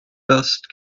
dust